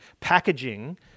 packaging